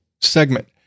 segment